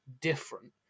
different